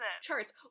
...charts